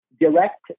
direct